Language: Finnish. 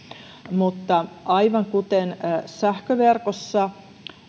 mutta aivan kuten sähköverkossa